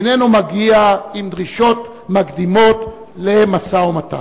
איננו מגיע עם דרישות מקדימות למשא-ומתן.